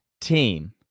team